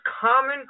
common